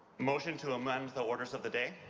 motion to amend the orders of the day.